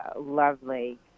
lovely